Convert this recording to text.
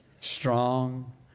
strong